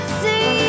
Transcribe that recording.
see